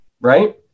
right